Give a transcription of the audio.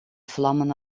vlammen